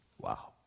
Wow